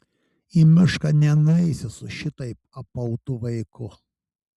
į mišką nenueisi su šitaip apautu vaiku